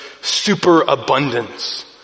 superabundance